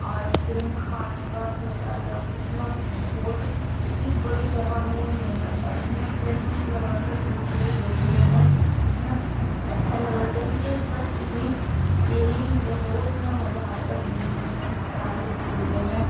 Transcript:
ice cream کھانے کا ٹھیلہ لگ اتنا بہت اتنی بڑی جگہ میں یہ میلہ تھا اتنا فیمس لگ رہا تھا دور سے دیكھنے میں اتنا اچّھا لگ رہا تھا كہ بس یہی پہ روز اتنا مزہ آ رہا تھا گھومنے میں میں نے سارے جھولے میں